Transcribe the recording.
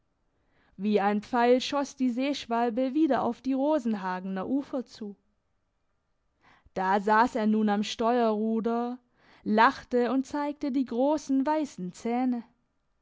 wie ein pfeil schoss die seeschwalbe wieder auf die rosenhagener ufer zu da sass er nun am steuerruder lachte und zeigte die grossen weissen zähne